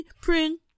print